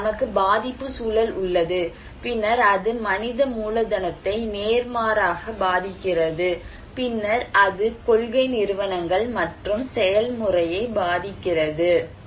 எனவே நமக்கு பாதிப்பு சூழல் உள்ளது பின்னர் அது மனித மூலதனத்தை நேர்மாறாக பாதிக்கிறது பின்னர் அது கொள்கை நிறுவனங்கள் மற்றும் செயல்முறையை பாதிக்கிறது